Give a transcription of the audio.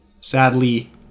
sadly